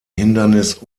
hindernis